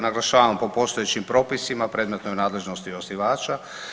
Naglašavam po postojećim propisima u predmetnoj nadležnosti osnivača.